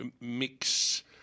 mix